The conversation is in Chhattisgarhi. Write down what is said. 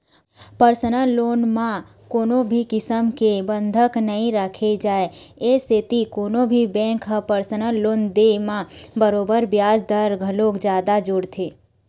परसनल लोन म कोनो भी किसम के बंधक नइ राखे जाए ए सेती कोनो भी बेंक ह परसनल लोन दे म बरोबर बियाज दर घलोक जादा जोड़थे